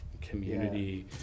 community